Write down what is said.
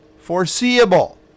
foreseeable